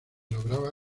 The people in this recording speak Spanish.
lograba